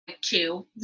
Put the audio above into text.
two